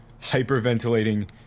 hyperventilating